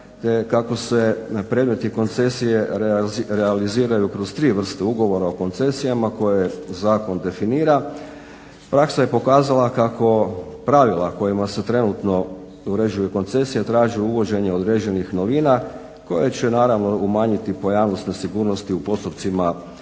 te kako se predmeti koncesije realiziraju kroz tri vrste ugovora o koncesijama koje zakon definira praksa je pokazala kako pravila kojima se trenutno uređuju koncesije traži uvođenje određenih novina koje će naravno umanjiti pojavnosti sigurnosti u postupcima